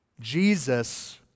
Jesus